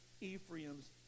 Ephraim's